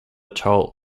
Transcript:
toll